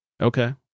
Okay